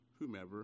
whomever